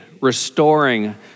restoring